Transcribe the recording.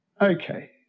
Okay